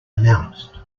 announced